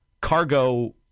cargo